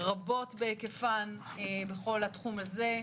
רבות בהיקפן בכל התחום הזה.